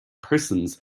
persons